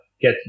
get